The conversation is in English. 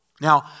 Now